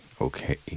okay